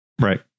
Right